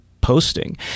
posting